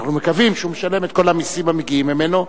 אנחנו מקווים שהוא משלם את כל המסים המגיעים ממנו,